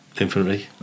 Infantry